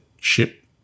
ship